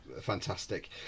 fantastic